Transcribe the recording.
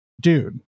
Dude